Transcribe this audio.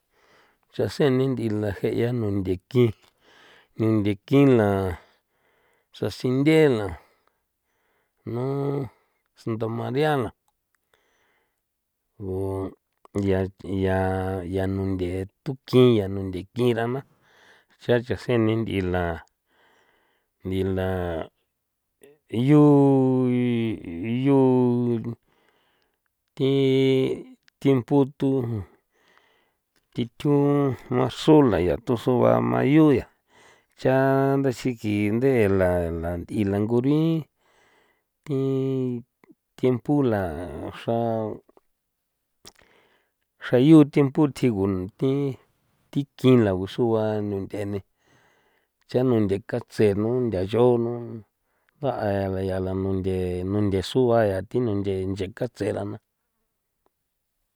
cha sen ni nth'i la je' ya nunthe kin ni nde kin la xra sinthe la nu santa maría la gu ya ya ya nunthe tun kin ya nunthe kin rajna chan chan sen ni nth'i la nth'i la yu yu thi tiempo thu thi thju marzu la ya thu sugua mayu yaa cha nda siki nd'e la la nth'i langurin thi tiempo la xraa xra yu tiempo thjigo thi thi kin la sugua nunth'e ne cha nunthe katse nu ndayo no ndu'a la yaa la nunthe nunthe sugua ya thi nunthe nche katse ra na.